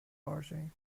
bargain